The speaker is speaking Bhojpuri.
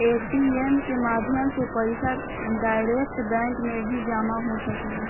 ए.टी.एम के माध्यम से पईसा डायरेक्ट बैंक में भी जामा हो सकेला